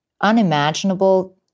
unimaginable